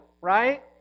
right